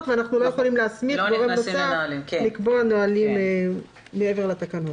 ואנחנו לא יכולים להסמיך גורם נוסף לקבוע נהלים מעבר לתקנות.